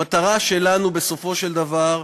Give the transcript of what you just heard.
המטרה שלנו, בסופו של דבר,